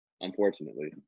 Unfortunately